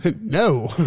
No